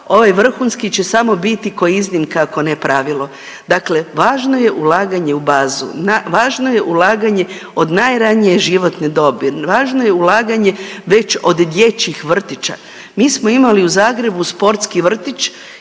ovaj vrhunski će samo biti ko iznimka ako ne pravilo. Dakle, važno je ulaganje u bazu na, važno je ulaganje od najranije životne dobi, važno je ulaganje već od dječjih vrtića. Mi smo imali u Zagrebu sportski vrtić